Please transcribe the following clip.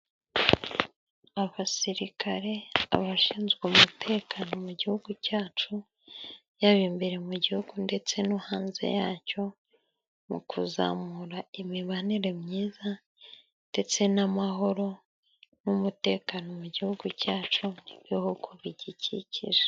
Abasirikare， abashinzwe umutekano mu gihugu cyacu， yaba imbere mu gihugu ndetse no hanze yacyo， mu kuzamura imibanire myiza ndetse n'amahoro n'umutekano mu gihugu cyacu n'ibihugu bigikikije.